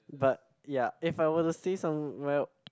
but ya if I were to stay somewhere